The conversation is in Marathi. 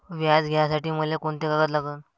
व्याज घ्यासाठी मले कोंते कागद लागन?